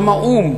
גם האו"ם,